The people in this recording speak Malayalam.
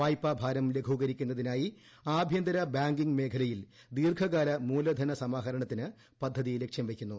വായ്പാ ഭാരം ലഘൂകരിക്കുന്നതിനായി ആഭ്യന്തര ബാങ്കിംഗ് മേഖലയിൽ ദീർഘകാല മൂലധന സമാഹരണത്തിന് പദ്ധതി ലക്ഷ്യം വയ്ക്കുന്നു